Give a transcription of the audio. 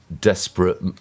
desperate